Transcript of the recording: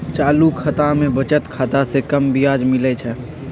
चालू खता में बचत खता से कम ब्याज मिलइ छइ